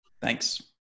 Thanks